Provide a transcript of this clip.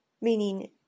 meaning